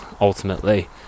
ultimately